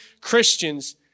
Christians